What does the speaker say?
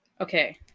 Okay